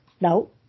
No